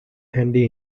handy